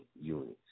units